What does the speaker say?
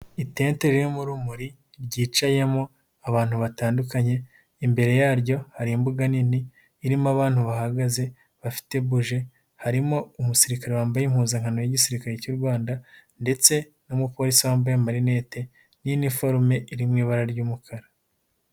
Itente ririmo urumuri ryicayemo abantu batandukanye, imbere yaryo hari imbuga nini irimo abantu bahagaze bafite buji harimo umusirikare wambaye impuzankano y'igisirikare cy'u Rwanda ndetse n'umupolisi wambaye amarinete n'iniforume iri mu ibara ry'umukara.